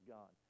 God